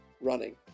running